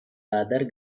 other